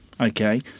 Okay